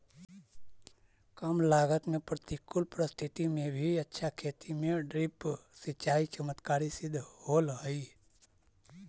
कम लागत में प्रतिकूल परिस्थिति में भी अच्छा खेती में ड्रिप सिंचाई चमत्कारी सिद्ध होल हइ